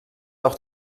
auch